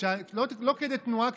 לא תוך כדי תנועה,